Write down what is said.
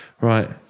Right